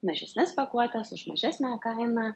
mažesnes pakuotes už mažesnę kainą